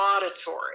auditory